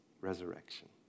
resurrection